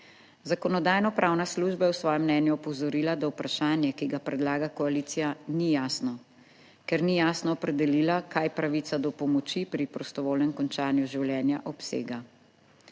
Zakonodajno-pravna služba je v svojem mnenju opozorila, da vprašanje, ki ga predlaga koalicija, ni jasno, ker ni jasno opredelila kaj pravica do pomoči pri prostovoljnem končanju življenja obsega.